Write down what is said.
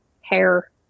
hair